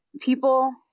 people